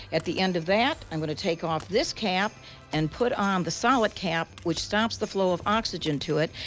at the end of that i'm going to take off this cap and put on the solid cap which stops the flow of oxygen to it.